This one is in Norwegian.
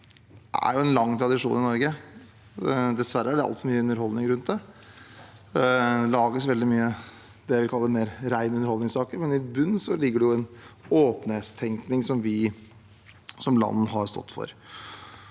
er en lang tradisjon i Norge. Dessverre er det altfor mye underholdning rundt det, det lages veldig mange av det vi kan kalle rene underholdningssaker, men i bunnen ligger det en åpenhetstenkning som vi som land har stått for.